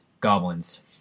goblins